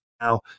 Now